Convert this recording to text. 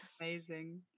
Amazing